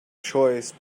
choice